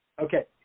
Okay